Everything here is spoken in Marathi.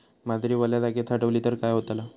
बाजरी वल्या जागेत साठवली तर काय होताला?